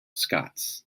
scots